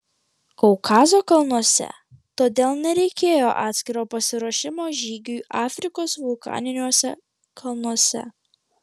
kaukazo kalnuose todėl nereikėjo atskiro pasiruošimo žygiui afrikos vulkaniniuose kalnuose